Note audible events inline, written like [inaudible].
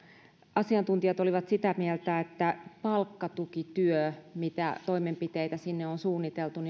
asiantuntijat olivat sitä mieltä että palkkatukityö mitä toimenpiteitä sinne on suunniteltu [unintelligible]